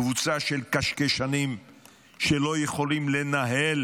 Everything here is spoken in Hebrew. קבוצה של קשקשנים שלא יכולים לנהל